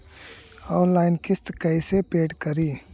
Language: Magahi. ऑनलाइन किस्त कैसे पेड करि?